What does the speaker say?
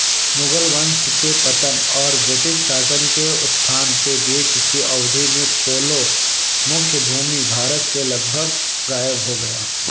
मुगल वंश के पतन और ब्रिटिश शासन के उत्थान के बीच की अवधि में पोलो मुख्यभूमि भारत से लगभग गायब हो गया